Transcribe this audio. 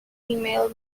female